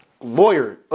lawyer